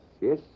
yes